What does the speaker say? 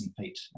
feet